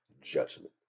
judgment